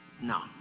No